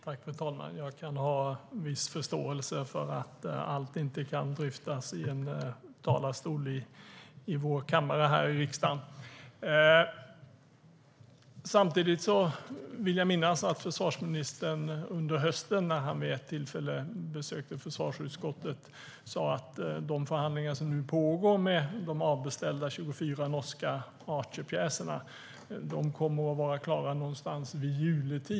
Fru talman! Jag kan ha viss förståelse för att allt inte kan dryftas i en talarstol i vår kammare här i riksdagen. Samtidigt vill jag minnas att försvarsministern under hösten när han vid ett tillfälle besökte försvarsutskottet sa att de förhandlingar som pågick om de 24 avbeställda norska Archerpjäserna skulle vara klara vid juletid.